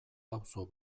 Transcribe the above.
auzo